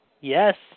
Yes